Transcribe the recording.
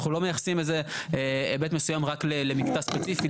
אנחנו לא מייחסים איזה היבט מסוים רק למקטע ספציפי.